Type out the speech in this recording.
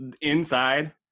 inside